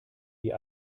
die